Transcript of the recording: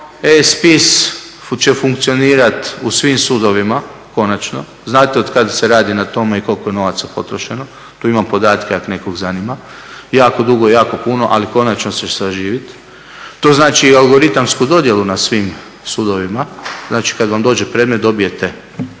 E-spis će funkcionirati u svim sudovima konačno, znate od kad se radi na tome i koliko je novaca potrošeno, tu imamo podatke ako nekog zanima, jako dugo, jako puno, ali konačno će saživit. To znači i algoritamsku dodjelu na svim sudovima, znači kad vam dođe predmet dobijete